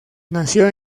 nació